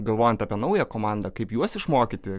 galvojant apie naują komandą kaip juos išmokyti